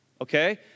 okay